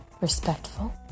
respectful